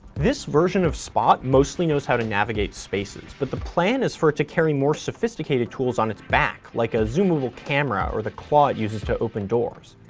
this version of spot mostly knows how to navigate spaces, but the plan is for it to carry more sophisticated tools on its back, like a zoomable camera or the claw it uses to open doors.